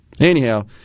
Anyhow